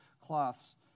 cloths